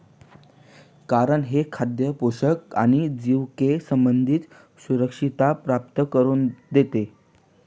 कारण हे खाद्य पोषण आणि जिविके संबंधी सुरक्षितता प्राप्त करून देते